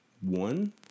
one